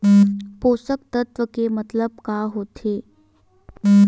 पोषक तत्व के मतलब का होथे?